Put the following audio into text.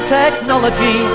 technology